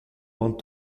con